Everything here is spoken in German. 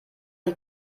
die